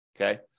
Okay